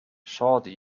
shawty